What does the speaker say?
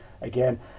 again